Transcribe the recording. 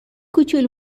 کوچول